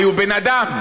הרי הוא בן אדם.